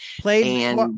Played